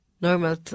normal